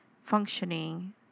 functioning